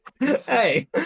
Hey